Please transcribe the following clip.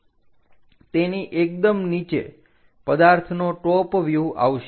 તેની એકદમ નીચે પદાર્થનો ટોપ વ્યુહ આવશે